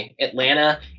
Atlanta